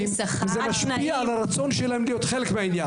וזה משפיע על הרצון שלהן להיות חלק מהעניין.